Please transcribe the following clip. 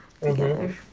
together